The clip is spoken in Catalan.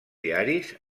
diaris